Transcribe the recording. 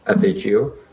shu